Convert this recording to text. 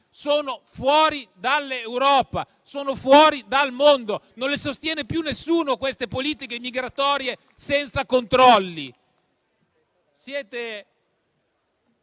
sono fuori dall'Europa, sono fuori dal mondo: non le sostiene più nessuno queste politiche migratorie senza controlli.